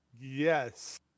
Yes